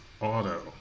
auto